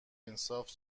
انصاف